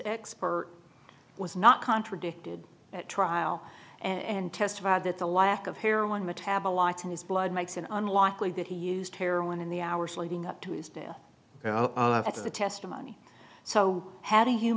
expert was not contradicted at trial and testified that the lack of heroin metabolites in his blood makes an unlikely that he used heroin in the hours leading up to his due to the testimony so how do you